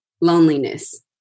loneliness